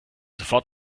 sofort